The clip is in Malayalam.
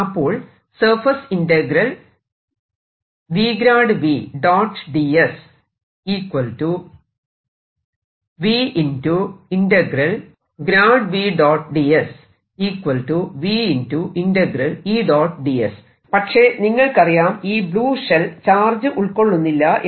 അപ്പോൾ പക്ഷെ നിങ്ങൾക്കറിയാം ഈ ബ്ലൂ ഷെൽ ചാർജ് ഉൾക്കൊള്ളുന്നില്ല എന്ന്